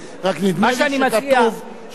שבסיבוב השלישי בכל מקרה,